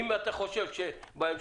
אם אתה חושב שבהמשך,